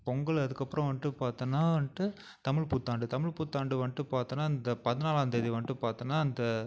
பொங்கல் அதுக்கப்புறம் வந்துட்டு பார்த்தோன்னா வந்துட்டு தமிழ் புத்தாண்டு தமிழ் புத்தாண்டு வந்துட்டு பார்த்தோன்னா இந்த பதினாலாம்தேதி வந்துட்டு பார்த்தோன்னா அந்த